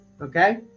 okay